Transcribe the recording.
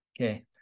Okay